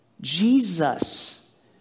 Jesus